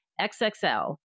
XXL